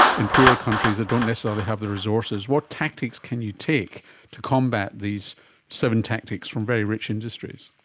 in poorer countries that don't necessarily have the resources, what tactics can you take to combat these seven tactics from very rich industries?